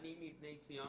אני ממושב בני ציון.